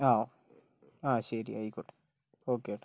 ആ ആ ശരി ആയിക്കോട്ടെ ഓക്കേ